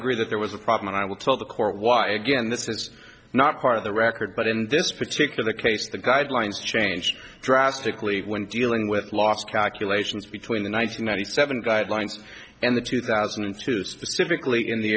agree that there was a problem and i will tell the court why again this is not part of the record but in this particular case the guidelines changed drastically when dealing with loss calculations between the one thousand nine hundred seven guidelines and the two thousand and two specifically in the